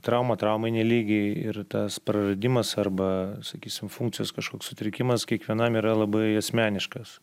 trauma traumai nelygi ir tas praradimas arba sakysim funkcijos kažkoks sutrikimas kiekvienam yra labai asmeniškas